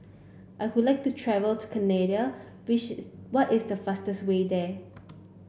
I would like to travel to Canada which what is the fastest way there